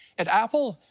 at apple,